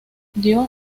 dio